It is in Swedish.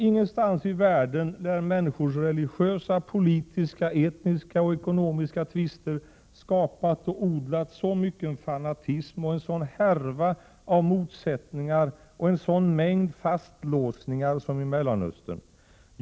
Ingenstans i världen lär människors religiösa, politiska, etniska och ekonomiska tvister ha skapat och odlat så mycken fanatism och en sådan härva av motsättningar, en sådan mängd fastlåsningar som i Mellanöstern.